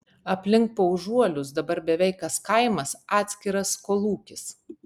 aplink paužuolius dabar beveik kas kaimas atskiras kolūkis